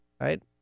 Right